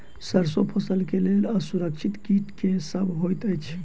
सैरसो फसल केँ लेल असुरक्षित कीट केँ सब होइत अछि?